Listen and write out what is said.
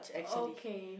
okay